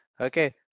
Okay